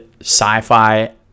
sci-fi